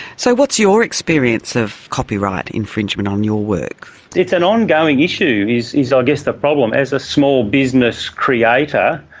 so what's your experience of copyright infringement on your work? it's an ongoing issue is i ah guess the problem. as a small business creator,